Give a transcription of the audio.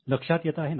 लक्षात येत आहे ना